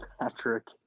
Patrick